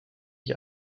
ich